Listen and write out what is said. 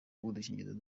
udukingirizo